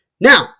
Now